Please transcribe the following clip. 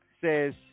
says